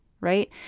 right